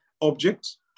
objects